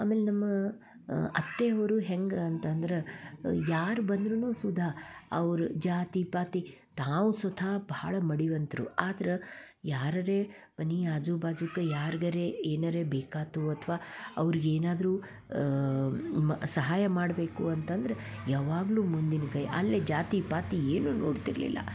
ಆಮೇಲೆ ನಮ್ಮ ಅತ್ತೆಯವರು ಹೆಂಗೆ ಅಂತಂದ್ರೆ ಯಾರು ಬಂದ್ರೂ ಸುದಾ ಅವ್ರ ಜಾತಿ ಪಾತಿ ತಾವು ಸುಧಾ ಬಹಳ ಮಡಿವಂತರು ಆದ್ರೆ ಯಾರಾರೆ ಮನೆ ಆಜುಬಾಜುಗೆ ಯಾರ್ಗಾರೆ ಏನಾರೆ ಬೇಕಾಯ್ತು ಅಥ್ವಾ ಅವ್ರ್ಗೆ ಏನಾದ್ರೂ ಮ ಸಹಾಯ ಮಾಡಬೇಕು ಅಂತಂದ್ರೆ ಯಾವಾಗ್ಲೂ ಮುಂದಿನ ಕೈಯ್ಯಲ್ಲೆ ಜಾತಿ ಪಾತಿ ಏನೂ ನೋಡ್ತಿರಲಿಲ್ಲ